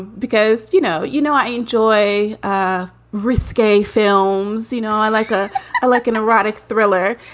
because, you know you know, i enjoy ah risque films. you know, i like. ah i like an erotic thriller.